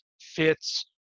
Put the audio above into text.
fits